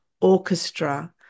orchestra